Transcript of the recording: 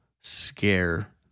scare